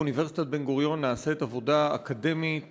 באוניברסיטת בן-גוריון נעשית עבודה אקדמית